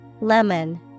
Lemon